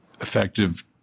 effective